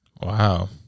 Wow